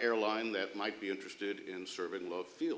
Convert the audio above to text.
airline that might be interested in serving love field